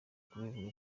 kubivuga